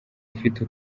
afite